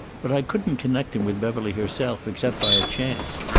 but i couldn't connect him with beverly herself, except by a chance.